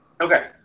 Okay